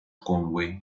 conway